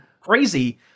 crazy